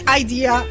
idea